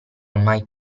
mai